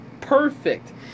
Perfect